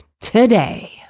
today